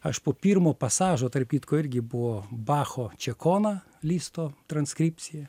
aš po pirmo pasažo tarp kitko irgi buvo bacho čekona listo transkripcija